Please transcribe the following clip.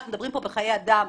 אנחנו מדברים על חיי אדם,